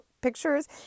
pictures